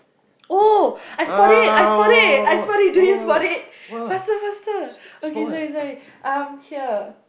oh I spot it I spot it I spot it do you spot it faster faster okay sorry sorry um here